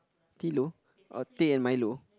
tilo uh tea and milo